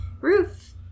roof